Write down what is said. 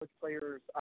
players